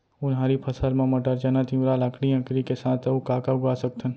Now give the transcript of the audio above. उनहारी फसल मा मटर, चना, तिंवरा, लाखड़ी, अंकरी के साथ अऊ का का उगा सकथन?